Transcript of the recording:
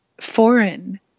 foreign